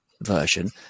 version